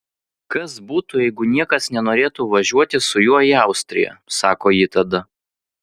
kas būtų jeigu niekas nenorėtų važiuoti su juo į austriją sako ji tada